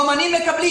אומנים מקבלים.